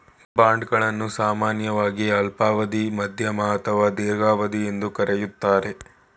bond ಗಳನ್ನು ಸಾಮಾನ್ಯವಾಗಿ ಅಲ್ಪಾವಧಿ, ಮಧ್ಯಮ ಅಥವಾ ದೀರ್ಘಾವಧಿ ಎಂದು ಕರೆಯುತ್ತಾರೆ